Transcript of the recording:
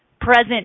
present